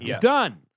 done